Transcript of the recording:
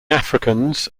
africans